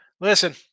Listen